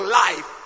life